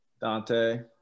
Dante